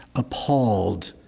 appalled,